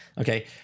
Okay